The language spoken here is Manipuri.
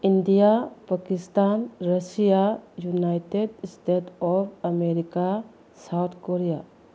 India Pakistan Russia United States of America South Korea